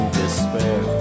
despair